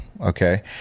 Okay